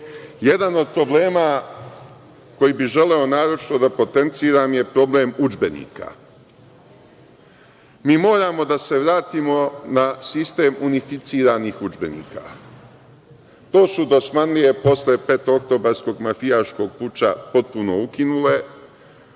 od problema koji bi želeo naročito da potenciram je problem udžbenika. Mi moramo da se vratimo na sistem unificiranih udžbenika. To su Dosmanlije posle petooktobarskog mafijaškog puča potpuno ukinule,